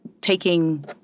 taking